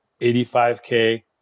85k